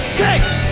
sick